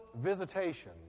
visitation